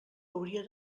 hauria